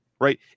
right